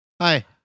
hi